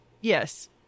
Yes